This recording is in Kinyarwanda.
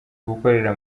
gukorera